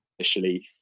officially